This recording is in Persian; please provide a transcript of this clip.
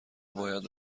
باید